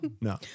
No